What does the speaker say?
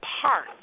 park